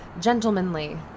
gentlemanly